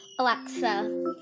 Alexa